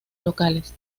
locales